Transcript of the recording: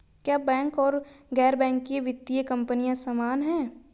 क्या बैंक और गैर बैंकिंग वित्तीय कंपनियां समान हैं?